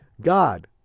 God